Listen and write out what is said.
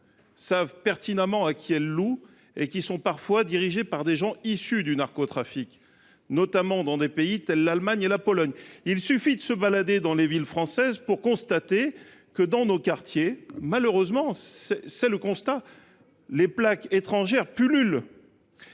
savent pertinemment à qui elles les louent et qui sont parfois dirigées par des personnes issues elles mêmes du narcotrafic, notamment dans des pays tels que l’Allemagne et la Pologne. Il suffit de se balader dans les villes de France pour constater que dans nos quartiers, malheureusement, les plaques étrangères pullulent